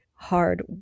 hard